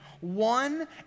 one